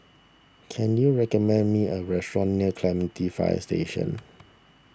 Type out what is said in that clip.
can you recommend me a restaurant near Clementi Fire Station